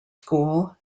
school